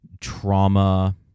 trauma